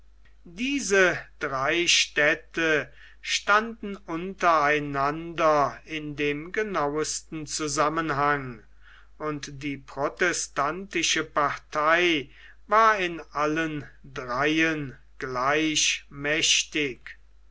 diese drei städte standen unter einander in dem genauesten zusammenhang und die protestantische partei war in allen dreien